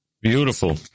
Beautiful